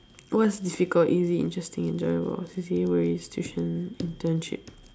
what is difficult easy interesting enjoyable C_C_A internship